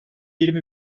yirmi